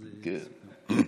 ברור.